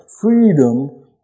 freedom